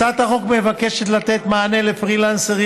הצעת החוק מבקשת לתת מענה לפרילנסרים